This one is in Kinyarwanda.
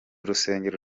rusengero